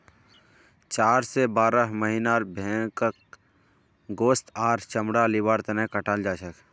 चार स बारह महीनार भेंड़क गोस्त आर चमड़ा लिबार तने कटाल जाछेक